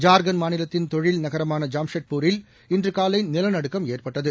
ஜார்க்கண்ட் மாநிலத்தின் தொழில் நகரமான ஜாம்ஷெட்பூரில் இன்று காலை நிலநடுக்கம் ஏற்பட்டது